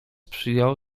przyjął